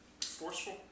forceful